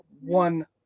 one